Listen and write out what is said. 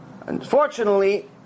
unfortunately